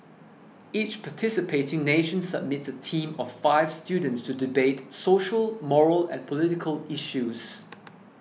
each participating nation submits a team of five students to debate social moral and political issues